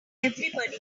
everybody